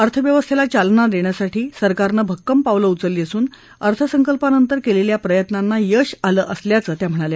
अर्थवव्यस्थेला चालना देण्यासाठी सरकारनं भक्कम पावलं उचलली असून अर्थसंकल्पानंतर केलेल्या प्रयत्नांना यश आलं असल्याचंही त्या म्हणाल्या